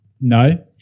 No